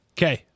Okay